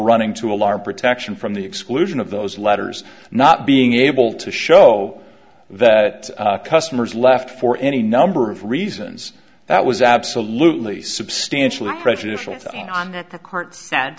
running to a large protection from the exclusion of those letters not being able to show that customers left for any number of reasons that was absolutely substantially prejudicial